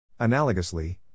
Analogously